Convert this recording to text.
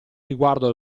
riguardo